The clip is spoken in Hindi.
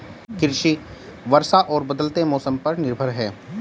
कृषि वर्षा और बदलते मौसम पर निर्भर है